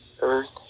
earth